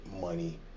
money